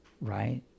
right